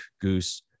Goose